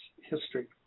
history